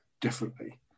differently